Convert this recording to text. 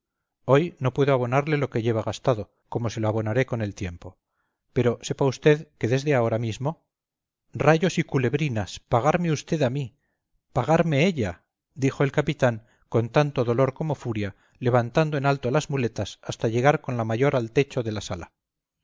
hoy no puedo abonarle lo que lleva gastado como se lo abonaré con el tiempo pero sepa usted que desde ahora mismo rayos y culebrinas pagarme usted a mí pagarme ella gritó el capitán con tanto dolor como furia levantando en alto las muletas hasta llegar con la mayor al techo de la sala